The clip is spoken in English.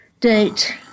date